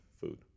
food